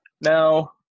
Now